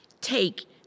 Take